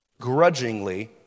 grudgingly